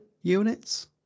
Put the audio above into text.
units